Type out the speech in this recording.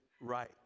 right